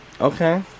Okay